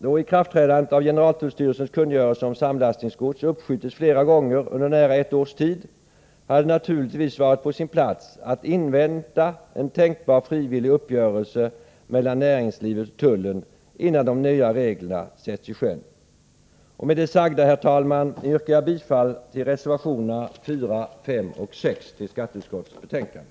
Då ikraftträdandet av generaltullstyrelsens kungörelse om samlastningsgods uppskjutits flera gånger under nära ett års tid, hade det naturligtvis varit på sin plats att invänta en tänkbar frivillig uppgörelse mellan näringslivet och tullen innan de nya reglerna sätts i sjön. Med det sagda, herr talman, yrkar jag bifall till reservationerna 4, 5 och 6 vid skatteutskottets betänkande.